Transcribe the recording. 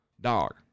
Dog